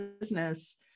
business